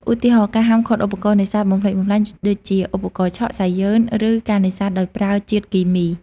ឧទាហរណ៍ ការហាមឃាត់ឧបករណ៍នេសាទបំផ្លិចបំផ្លាញដូចជា ឧបករណ៍ឆក់ សៃយឺន ឬការនេសាទដោយប្រើជាតិគីមី។